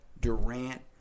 Durant